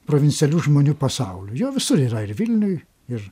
provincialių žmonių pasauliu jo visur yra ir vilniuj ir